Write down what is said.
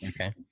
Okay